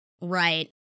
Right